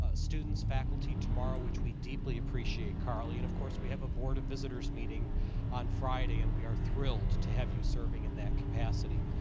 ah students, faculty tomorrow, which we deeply appreciate, carly. and, of course, we have a board of visitors' meeting on friday and we are thrilled to have you serving in that capacity.